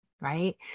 Right